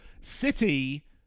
City